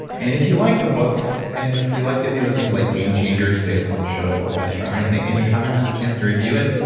and if you like the book and if you liked any of the things like game-changers based on the show or headstrong or anything and you haven't had a chance to review it,